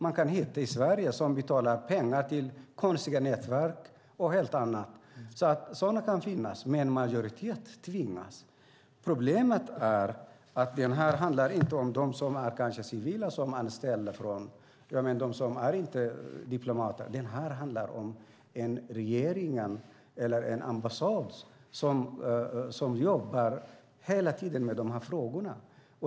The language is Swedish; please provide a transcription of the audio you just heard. Man kan hitta grupper i Sverige som betalar pengar till konstiga nätverk och annat. Sådana kan finnas. Men en majoritet tvingas till detta. Problemet är att detta inte handlar om dem som kanske är civilanställda och inte är diplomater. Detta handlar om en regering eller en ambassad som hela tiden jobbar med dessa frågor.